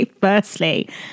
Firstly